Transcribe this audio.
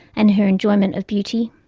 and her enjoyment of beauty.